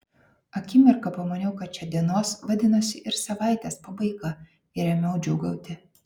akimirką pamaniau kad čia dienos vadinasi ir savaitės pabaiga ir ėmiau džiūgauti